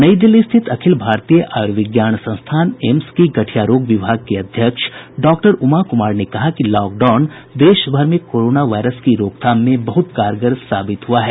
नई दिल्ली स्थित अखिल भारतीय आयूर्विज्ञान संस्थान एम्स की गठिया रोग विभाग की अध्यक्ष डॉक्टर उमा कुमार ने कहा कि लॉकडाउन देशभर में कोरोना वायरस की रोकथाम में बहुत कारगर साबित हुआ है